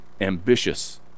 ambitious